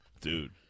Dude